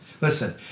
Listen